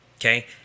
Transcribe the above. Okay